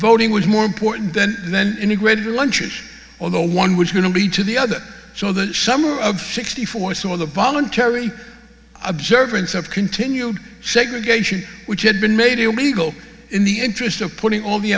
voting was more important then then integrated lunches although one was going to be to the other so the summer of sixty four some of the voluntary observance of continued segregation which had been made illegal in the interest of putting all the